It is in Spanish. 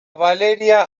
valeria